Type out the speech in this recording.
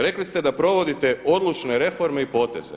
Rekli ste da provodite odlučne reforme i poteze.